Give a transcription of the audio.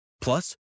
Plus